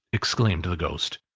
exclaimed the ghost,